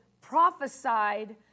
prophesied